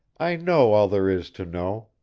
i know all there is to know.